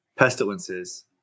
Pestilences